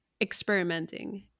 experimenting